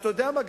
ואתה יודע מה?